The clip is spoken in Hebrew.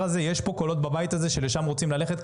יש קולות בבית הזה שרוצים ללכת לשם